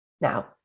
Now